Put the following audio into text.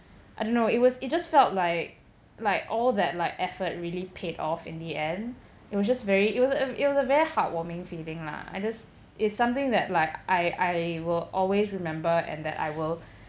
I don't know it was it just felt like like all that like effort really paid off in the end it was just very it was a it was a very heartwarming feeling lah I just it's something that like I I will always remember and that I will